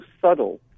subtle